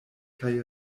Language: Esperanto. kaj